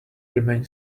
remain